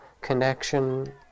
connection